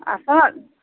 اَسا